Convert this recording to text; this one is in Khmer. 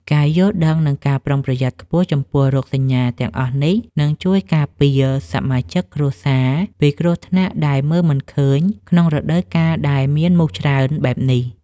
ការយល់ដឹង និងការប្រុងប្រយ័ត្នខ្ពស់ចំពោះរោគសញ្ញាទាំងអស់នេះ នឹងជួយការពារសមាជិកគ្រួសារពីគ្រោះថ្នាក់ដែលមើលមិនឃើញក្នុងរដូវកាលដែលមានមូសច្រើនបែបនេះ។